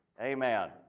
Amen